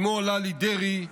אימו, ללי דרעי,